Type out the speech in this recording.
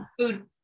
food